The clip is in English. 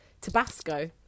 Tabasco